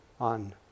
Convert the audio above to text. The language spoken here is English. on